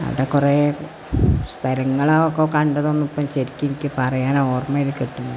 അവിടെ കുറേ സ്ഥലങ്ങളൊക്കെ കണ്ടതൊന്നും ഇപ്പോള് ശരിക്കെനിക്ക് പറയാന് ഓർമയില് കിട്ടുന്നില്ല